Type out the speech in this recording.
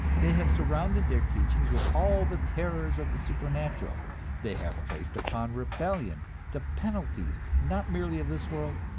they have surrounded their teachings with all the terrors of the supernatural they have placed upon rebellion the penalties, not merely of this world,